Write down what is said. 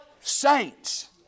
saints